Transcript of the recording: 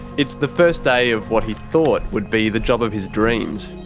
it's the first day of what he thought would be the job of his dreams.